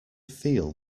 feel